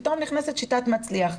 פתאום נכנסת שיטת "מצליח".